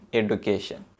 education